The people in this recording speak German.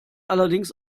allerdings